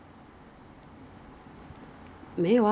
应该是有啦